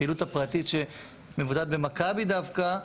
הפעילות הפרטית שמבוצעת במכבי דווקא,